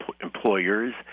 employers